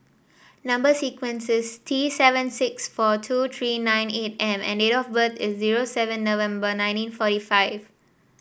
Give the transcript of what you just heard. number sequence is T seven six four two three nine eight M and date of birth is zero seven November nineteen forty five